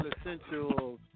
essential